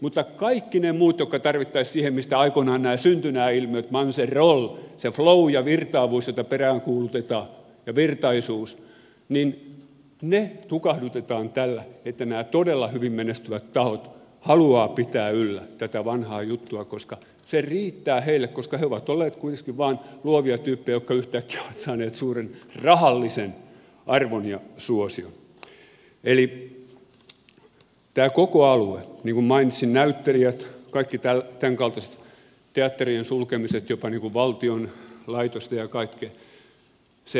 mutta kaikki ne muut jotka tarvittaisiin siihen mistä aikoinaan syntyivät nämä ilmiöt manseroll se flow ja virtaavuus jota peräänkuulutetaan ja virtaisuus tukahdutetaan tällä koska ne todella hyvin menestyvät tahot haluavat pitää yllä tätä vanhaa juttua koska se riittää heille koska he ovat olleet kuiteskin vain luovia tyyppejä jotka yhtäkkiä ovat saaneet suuren rahallisen arvon ja suosion eli tämä koko alue jonka mainitsin näyttelijät kaikki tämänkaltaiset teatterien sulkemiset jopa valtion laitosten ja kaikki se